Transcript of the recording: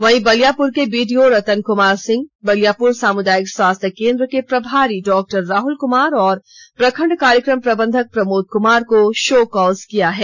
वहीं बलियापुर के बीडीओ रतन कुमार सिंह बलियापुर सामुदायिक स्वास्थ्य केंद्र के प्रभारी डॉ राहुल कुमार और प्रखंड कार्यक्रम प्रबंधक प्रमोद कुमार को शो कॉज किया है